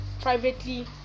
privately